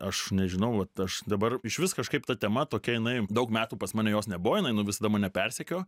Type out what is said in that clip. aš nežinau vat aš dabar išvis kažkaip ta tema tokia jinai daug metų pas mane jos nebuvo jinai nu visada mane persekiojo